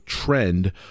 trend